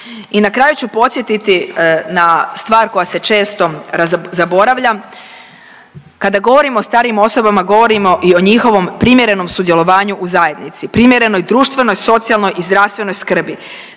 I na kraju ću podsjetiti na stvar koja se često zaboravlja. Kada govorimo o starijim osobama govorimo i o njihovom primjerenom sudjelovanju u zajednici, primjerenoj društvenoj, socijalnoj i zdravstvenoj skrbi,